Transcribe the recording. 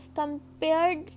compared